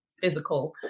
physical